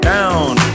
Down